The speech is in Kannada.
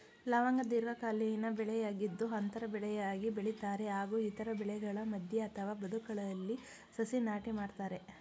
ಲವಂಗ ದೀರ್ಘಕಾಲೀನ ಬೆಳೆಯಾಗಿದ್ದು ಅಂತರ ಬೆಳೆಯಾಗಿ ಬೆಳಿತಾರೆ ಹಾಗೂ ಇತರ ಬೆಳೆಗಳ ಮಧ್ಯೆ ಅಥವಾ ಬದುಗಳಲ್ಲಿ ಸಸಿ ನಾಟಿ ಮಾಡ್ತರೆ